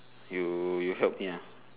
you you help me lah